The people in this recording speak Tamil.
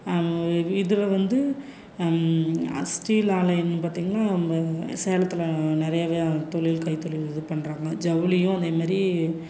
இதில் வந்து ஸ்டீல் ஆலையம் பார்த்திங்கன்னா நம்ம சேலத்தில் நிறையாவே தொழில் கைத்தொழில் இது பண்ணுறாங்க ஜவுளியும் அதே மாரி